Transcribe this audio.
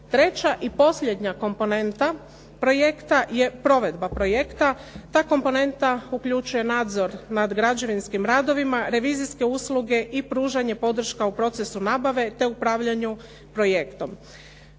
Treća i posljednja komponenta projekta je provedba projekta. Ta komponenta uključuje nadzor nad građevinskim radovima, revizorske usluge i pružanje, podrška u procesu nabave te u upravljanju projektom.